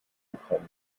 ukraine